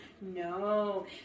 No